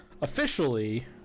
officially